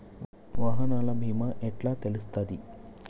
వాహనాల బీమా ఎట్ల తెలుస్తది?